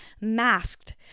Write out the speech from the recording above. masked